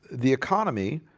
the economy,